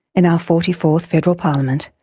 in our forty fourth federal parliament,